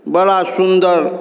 बड़ा सुन्दर